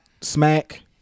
Smack